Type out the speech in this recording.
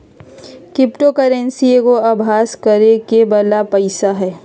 crypto currency एगो अभास करेके बला पइसा हइ